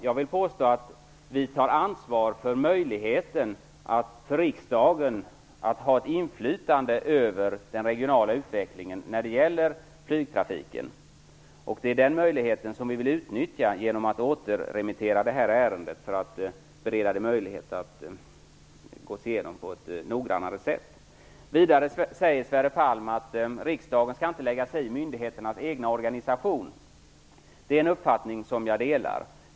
Jag vill påstå att vi tar ansvar för möjligheten för riksdagen att ha ett inflytande över den regionala utvecklingen när det gäller flygtrafiken. Det är den möjligheten som vi vill utnyttja genom att återremittera ärendet, för att bereda möjlighet att gå igenom det på ett noggrannare sätt. Vidare säger Sverre Palm att riksdagen inte skall lägga sig i myndigheternas egna organisationer. Det är en uppfattning som jag delar.